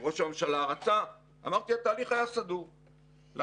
ראש הממשלה רצה, אמרתי, התהליך היה סדור אבל